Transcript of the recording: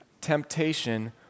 temptation